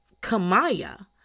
Kamaya